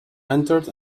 entered